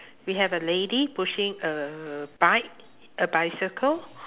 we have a lady pushing a bike a bicycle